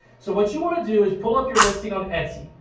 so what you want to do is pull up your listing on etsy.